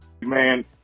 Man